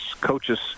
coaches